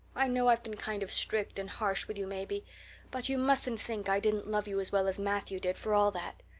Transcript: i know i've been kind of strict and harsh with you maybe but you mustn't think i didn't love you as well as matthew did, for all that.